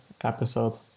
episode